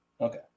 Okay